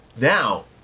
Now